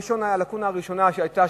הלקונה הראשונה שהיתה,